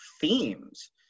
themes